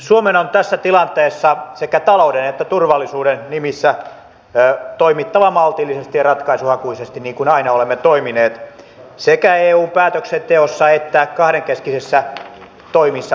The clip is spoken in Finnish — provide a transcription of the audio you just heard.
suomen on tässä tilanteessa sekä talouden että turvallisuuden nimissä toimittava maltillisesti ja ratkaisuhakuisesti niin kuin aina olemme toimineet sekä eun päätöksenteossa että kahdenkeskisissä toimissa britannian kanssa